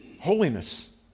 holiness